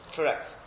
Correct